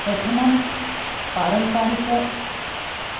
प्रथमं पारम्परिकं